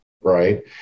Right